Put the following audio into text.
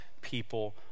people